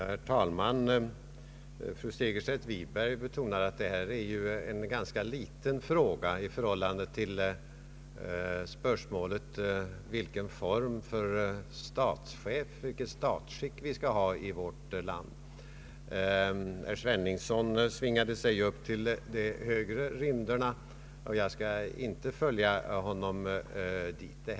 Herr talman! Fru Segerstedt Wiberg betonade att detta är en ganska liten fråga i förhållande till spörsmålet om vilket statsskick vi skall ha i vårt land. Herr Sveningsson svingade sig upp till de högre rymderna, och jag skall inte följa honom dit.